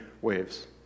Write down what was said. waves